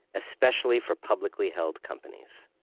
especially for publicly held companies.